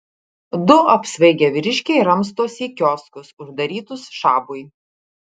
du apsvaigę vyriškiai ramstosi į kioskus uždarytus šabui